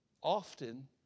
Often